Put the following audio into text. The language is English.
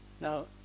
Now